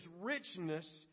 richness